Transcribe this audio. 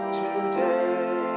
today